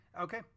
Okay